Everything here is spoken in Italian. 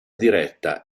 diretta